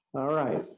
alright.